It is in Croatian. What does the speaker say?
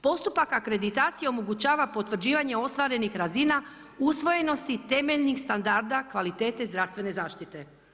Postupak akreditacije omogućava potvrđivanje ostvarenih razina usvojenosti temeljnih standarda kvalitete zdravstvene zaštite.